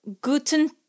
Guten